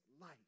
life